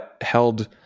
held